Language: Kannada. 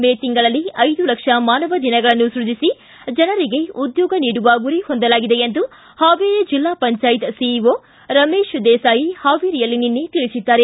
ಮೇ ತಿಂಗಳಲ್ಲಿ ಐದು ಲಕ್ಷ ಮಾನವ ದಿನಗಳನ್ನು ಸೈಜಿಸಿ ಜನರಿಗೆ ಉದ್ಯೋಗ ನೀಡುವ ಗುರಿ ಹೊಂದಲಾಗಿದೆ ಎಂದು ಹಾವೇರಿ ಜಿಲ್ಲಾ ಪಂಚಾಯತ್ ಸಿಇಒ ರಮೇಶ ದೇಸಾಯಿ ಹಾವೇರಿಯಲ್ಲಿ ನಿನ್ನೆ ತಿಳಿಸಿದ್ದಾರೆ